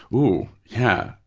ooh, yeah.